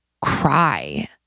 cry